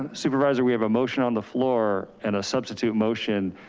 supervisor we have a motion on the floor and a substitute motion.